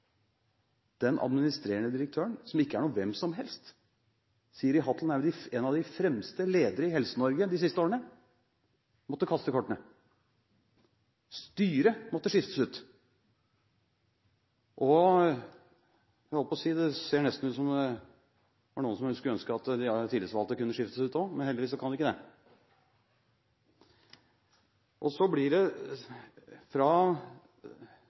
Den administrerende direktøren, som ikke er noen hvem som helst – Siri Hatlen er en av de fremste ledere i Helse-Norge de siste årene – måtte kaste kortene. Styret måtte skiftes ut, og – jeg holdt på å si – det ser nesten ut som om noen skulle ønske at de tillitsvalgte kunne skiftes ut også, men heldigvis kan de ikke det. Og så blir det fra